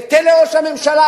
ותן לראש הממשלה,